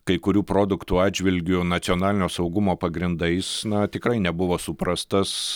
kai kurių produktų atžvilgiu nacionalinio saugumo pagrindais na tikrai nebuvo suprastas